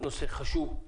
הנושא חשוב,